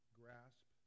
grasp